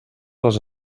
les